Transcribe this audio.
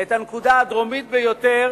את הנקודה הדרומית ביותר